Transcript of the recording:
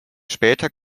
später